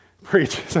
Preach